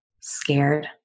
scared